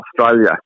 Australia